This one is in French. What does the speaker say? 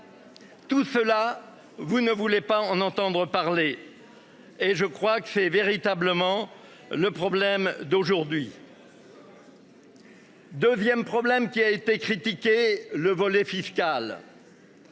Tout cela vous ne voulaient pas en entendre parler. Et je crois que c'est véritablement le problème d'aujourd'hui. 2ème problème qui a été critiquée, le volet fiscal.